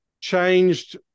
changed